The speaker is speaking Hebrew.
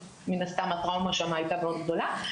מן הסתם הטראומה שם הייתה מאוד גדולה.